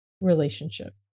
relationship